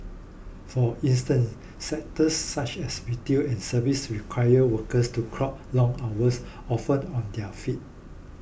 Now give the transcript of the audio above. for instance sectors such as retail and services require workers to clock long hours often on their feet